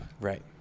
Right